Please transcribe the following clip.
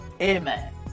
Amen